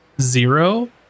zero